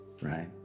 right